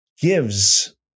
gives